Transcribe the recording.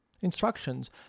Instructions